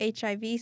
hiv